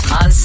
on